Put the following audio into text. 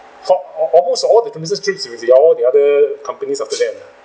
for all almost all the business trips with the all the other companies after that uh